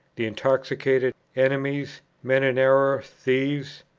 the intoxicated, enemies, men in error, thieves?